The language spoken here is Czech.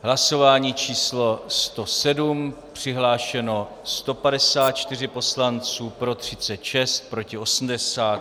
Hlasování číslo 107, přihlášeno 154 poslanců, pro 36, proti 80.